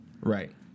Right